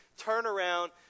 turnaround